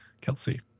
Kelsey